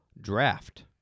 draft